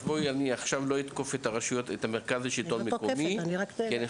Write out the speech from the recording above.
אז אני עכשיו לא אתקוף את השלטון המקומי, כי הוא